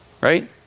right